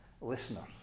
listeners